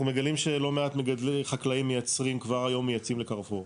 אנחנו מגלים שלא מעט חקלאים כבר היום מייצרים ל'קרפור',